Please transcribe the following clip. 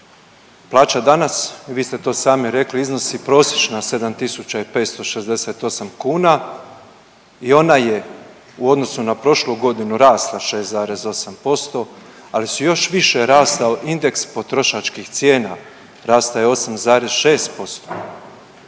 Plaća danas, vi ste to sami rekli, iznosi prosječna 7.568 kuna i ona je u odnosu na prošlu godinu rasla 6,8%, ali je još više rastao indeks potrošačkih cijena, rastao je 8,6%